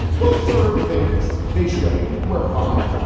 one third thinks they should and we're fine.